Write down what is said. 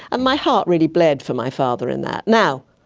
and my heart really bled for my father in that. now,